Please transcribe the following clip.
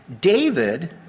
David